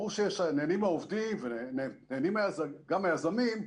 ברור שנהנים מהעובדים ונהנים גם מהיזמים,